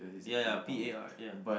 ya ya ya P A R ya